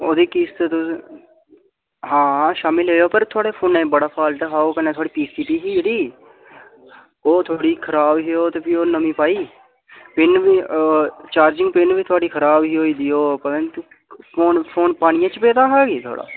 ओह्दी किश्त तुस हां शामी लेई जाओ पर थुआढ़े फोनै च बड़ा फाल्ट हा ओह् कन्नै थुआढ़ी पी सी ही जेह्ड़ी ही ओह् थोह्ड़ी खराब ही ओह् ते फ्ही ओह् नमी पाई पिन बी चार्जिंग पिन बी थुआढ़ी खराब ही होई गेदी ओह् पता नी फोन फोन पानियै बिच्च पेदा हा गै थुआढ़ा